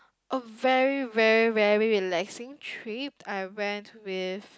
a very very very relaxing trip I went with